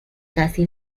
casi